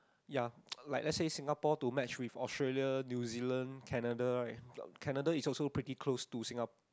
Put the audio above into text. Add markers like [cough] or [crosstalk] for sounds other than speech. ya [noise] like let's say Singapore to match with Australia New-Zealand Canada right Canada is also pretty close to Singa~